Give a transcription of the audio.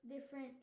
different